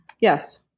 Yes